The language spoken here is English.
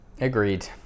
agreed